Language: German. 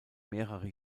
mehrere